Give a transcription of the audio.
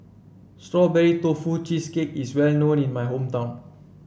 Strawberry Tofu Cheesecake is well known in my hometown